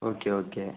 okay okay